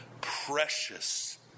precious